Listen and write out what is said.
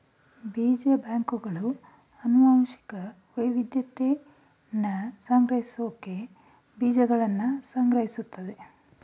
ಬೀಜ ಬ್ಯಾಂಕ್ಗಳು ಅನುವಂಶಿಕ ವೈವಿದ್ಯತೆನ ಸಂರಕ್ಷಿಸ್ಸೋಕೆ ಬೀಜಗಳ್ನ ಸಂಗ್ರಹಿಸ್ತದೆ